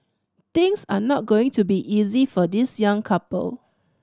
things are not going to be easy for this young couple